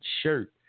shirt